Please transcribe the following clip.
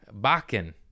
Bakken